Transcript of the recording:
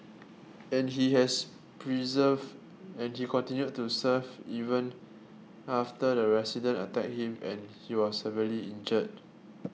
and he has persevered and he continued to serve even after the resident attacked him and he was very injured